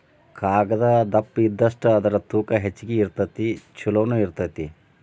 ಕಾಗದಾ ದಪ್ಪ ಇದ್ದಷ್ಟ ಅದರ ತೂಕಾ ಹೆಚಗಿ ಇರತತಿ ಚುಲೊನು ಇರತತಿ